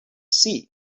sea